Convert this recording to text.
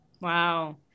Wow